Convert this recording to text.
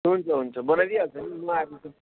हुन्छ हुन्छ बनाइदिइहाल्छु नि म आएपछि त